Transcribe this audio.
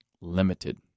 limited